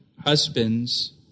Husbands